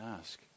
ask